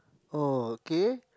oh okay